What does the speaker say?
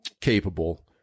capable